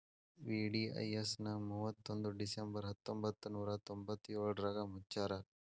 VDIS ನ ಮುವತ್ತೊಂದ್ December ಹತ್ತೊಂಬತ್ ನೂರಾ ತೊಂಬತ್ತಯೋಳ್ರಾಗ ಮುಚ್ಚ್ಯಾರ